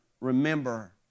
remember